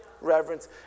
reverence